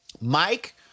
Mike